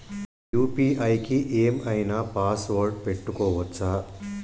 UPI కి ఏం ఐనా పాస్వర్డ్ పెట్టుకోవచ్చా?